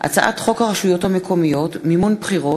הצעת חוק הרשויות המקומיות (מימון בחירות)